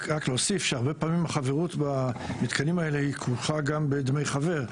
רק להוסיף שהרבה פעמים החברות במתקנים האלה כרוכה גם בדמי חבר,